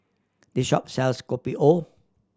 this shop sells Kopi O